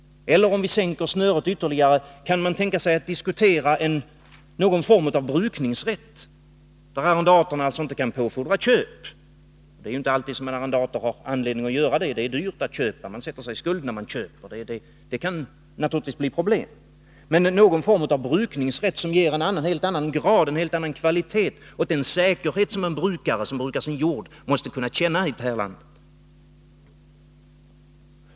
Eller, om vi sänker snöret ytterligare, kan man diskutera någon form av brukningsrätt för en arrendator som inte kan påfordra köp? Det är inte alltid en arrendator har anledning att påfordra köp. Det är dyrt att köpa, man sätter sig i skuld och det kan bli problem. Men någon form av brukningsrätt kan ge en helt annan kvalitet åt den säkerhet som en brukare av jorden måste kunna känna i det här landet.